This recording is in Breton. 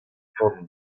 poan